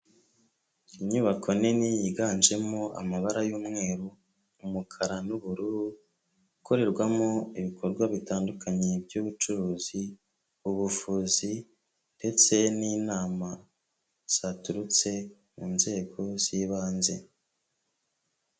Inyubako nini yiganjemo amabara y'umweru, umukara n'ubururu, ikorerwamo ibikorwa bitandukanye by'ubucuruzi, ubuvuzi ndetse n'inama zaturutse mu nzego z'ibanze.